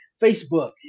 Facebook